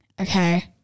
Okay